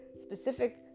specific